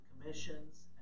commissions